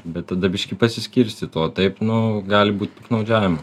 bet tada biškį pasiskirstytų o taip nu gali būt piktnaudžiavimų